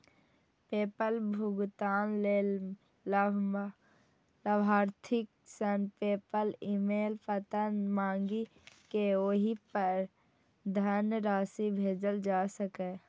PayPal भुगतान लेल लाभार्थी सं पेपल ईमेल पता मांगि कें ओहि पर धनराशि भेजल जा सकैए